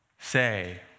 say